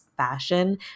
fashion